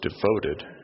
devoted